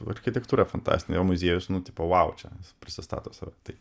architektūra fantastinė o muziejus nu tipo vau čia prisistato save tai